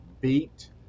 beat